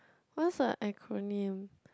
what's a acronym